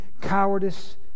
cowardice